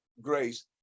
grace